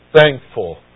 thankful